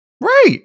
Right